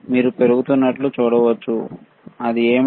మీరు పెరుగుతున్నట్లు చూడవచ్చు ఇది ఏమిటి